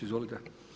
Izvolite.